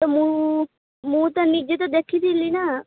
ତ ମୁଁ ମୁଁ ତ ନିଜେ ତ ଦେଖିଥିଲି ନା